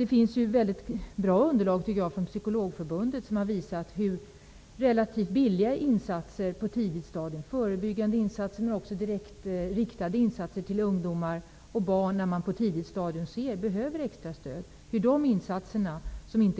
Det finns väldigt bra underlag från Psykologförbundet som har visat hur insatser på tidigt stadium, förebyggande insatser men också direkt riktade insatser, för ungdomar och barn som behöver extra stöd